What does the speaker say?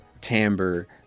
timbre